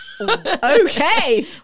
Okay